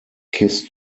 kiss